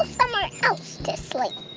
ah somewhere else to sleep.